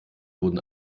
wurden